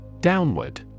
Downward